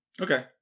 Okay